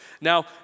Now